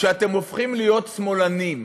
שאתם הופכים להיות שמאלנים?